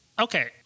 Okay